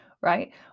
right